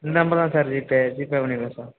இந்த நம்பர் தான் sir GPay GPay பண்ணி விடுங்க சார்